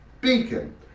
beacon